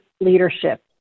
leadership